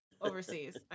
overseas